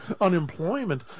unemployment